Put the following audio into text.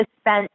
spent